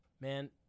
Man